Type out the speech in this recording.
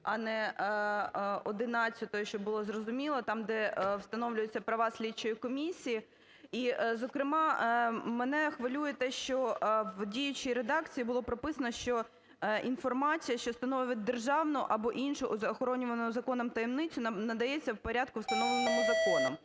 а не 11-ї, щоб було зрозуміло. Там, де встановлюються права слідчої комісії. І, зокрема, мене хвилює те, що в діючій редакції було прописано, що інформація, що становить державну або іншу охоронювану законом таємницю, надається в порядку, встановленому законом.